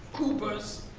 coopers,